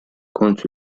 كنت